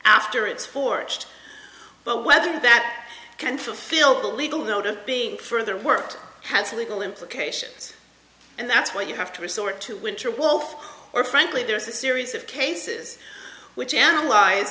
after it's forged but whether that can fulfill the legal notice being further worked has legal implications and that's what you have to resort to winter or frankly there's a series of cases which analyze